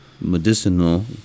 medicinal